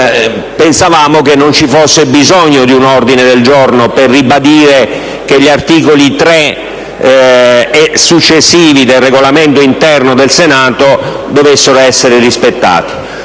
pensavamo che non ci fosse bisogno di un ordine del giorno per ribadire che gli articoli 3 e successivi di tale regolamento interno del Senato dovessero essere rispettati.